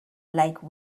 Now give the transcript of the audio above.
like